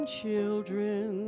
children